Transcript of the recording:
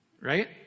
right